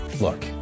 Look